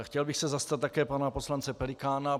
Chtěl bych se zastat také pana poslance Pelikána.